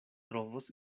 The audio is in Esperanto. trovos